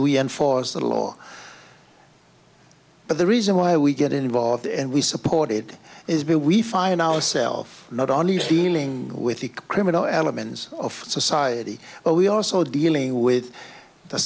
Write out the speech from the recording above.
we enforce the law but the reason why we get involved and we supported is bill we find ourselves not only sealing with the criminal elements of society but we also dealing with the